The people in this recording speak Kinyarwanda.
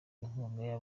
inkunga